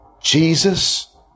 Jesus